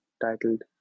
titled